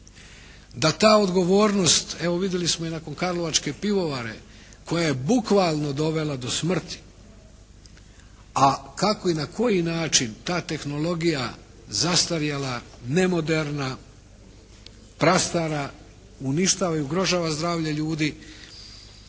Da ta odgovornost, evo vidjeli smo i nakon Karlovačke pivovare koja je bukvalno dovela do smrti, a kako i na koji način ta tehnologija zastarjela, nemoderna, prastara uništava i ugrožava zdravlje ljudi,